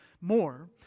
more